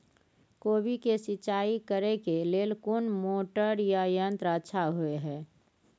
कोबी के सिंचाई करे के लेल कोन मोटर या यंत्र अच्छा होय है?